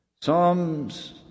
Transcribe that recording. Psalms